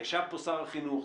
ישב פה שר החינוך,